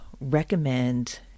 recommend